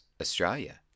australia